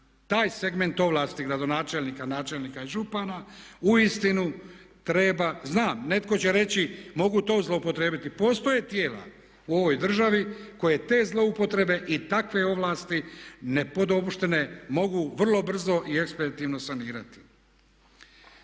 taj segment ovlasti gradonačelnika, načelnika i župana uistinu treba, znam netko će reći, mogu to zlouporijebiti, postoje tijela u ovoj državi koje te zloupotrebe i takve ovlasti, nepodopštine mogu vrlo brzo i eksperativno sanirati.